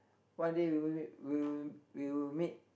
one day we will meet we will we will meet